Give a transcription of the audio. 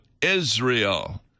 Israel